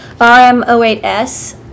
RM08S